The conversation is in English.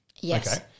Yes